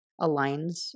aligns